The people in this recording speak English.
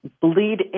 bleed